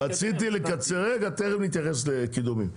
רגע, תכף נתייחס לקידומים.